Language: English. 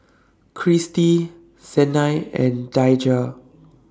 Cristy Sanai and Daija